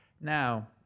Now